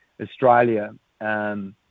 Australia